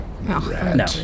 no